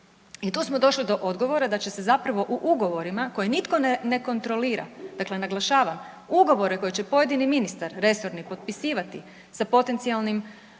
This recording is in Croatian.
i tu smo došli do odgovora da će se zapravo u ugovorima koje nitko ne kontrolira, dakle naglašavam ugovore koje će pojedini ministar resorni potpisivati sa potencijalnim